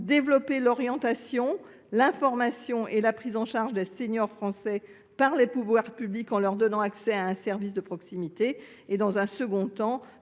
développer l’orientation, l’information et la prise en charge des seniors français par les pouvoirs publics, en leur donnant accès à un service de proximité ; dans un second temps,